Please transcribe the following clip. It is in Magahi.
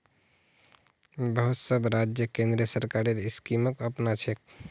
बहुत सब राज्य केंद्र सरकारेर स्कीमक अपनाछेक